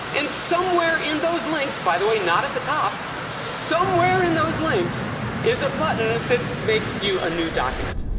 and somewhere in those links by the way, not at the top somewhere in those links is a button that makes you a new document.